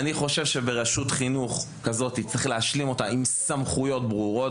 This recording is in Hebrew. אני חושב שצריך להשלים רשות חינוך כזאת עם סמכויות ברורות,